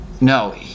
No